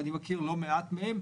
ואני מכיר לא מעט מהן,